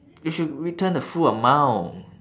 you should return the full amount